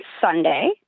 Sunday